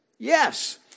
Yes